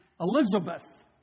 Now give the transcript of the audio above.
Elizabeth